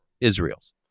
Israel's